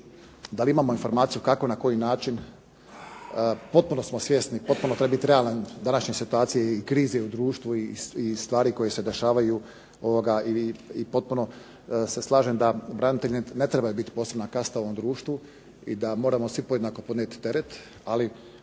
Da li imamo informaciju kako, na koji način, potpuno smo svjesni, potpuno treba biti realan u današnjoj situaciji i krizi u društvu i stvari koje se dešavaju i potpuno se slažem da branitelji ne moraju biti posebna kasta u ovom društvu, da moramo svi podjednako podnijeti teret.